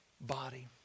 body